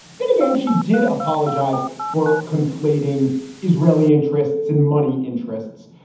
then again, she did apologize for conflating israeli interests and money interests.